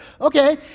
Okay